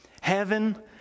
Heaven